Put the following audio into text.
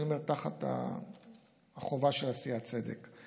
אני אומר, תחת החובה של עשיית צדק.